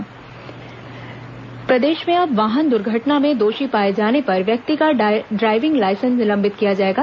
मूणत सड़क सुरक्षा प्रदेश में अब वाहन दुर्घटना में दोषी पाए जाने पर व्यक्ति का ड्रायविंग लाइसेंस निलंबित किया जाएगा